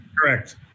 correct